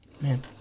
Man